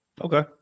Okay